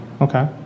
Okay